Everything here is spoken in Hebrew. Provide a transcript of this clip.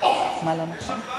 איך אתם?